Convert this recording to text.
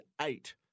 eight